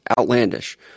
outlandish